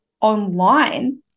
online